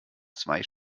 zwei